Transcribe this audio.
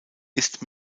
ist